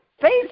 Face